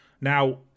now